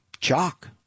chalk